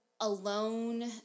alone